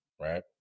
Right